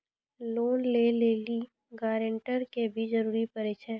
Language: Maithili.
लोन लै लेली गारेंटर के भी जरूरी पड़ै छै?